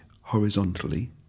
horizontally